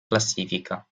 classifica